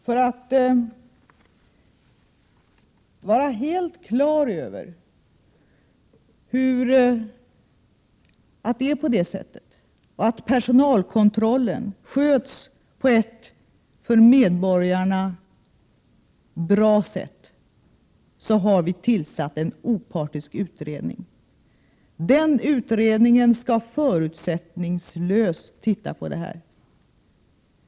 För att vi skall kunna vara helt klara över att det är så, och att personalkontrollen sköts på ett för medborgarna bra sätt, har vi tillsatt en opartisk utredning, som förutsättningslöst skall se över detta.